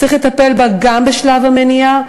צריך לטפל בה גם בשלב המניעה,